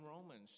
Romans